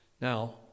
Now